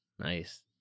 Nice